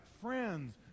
friends